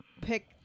pick